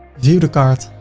view to cart,